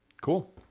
Cool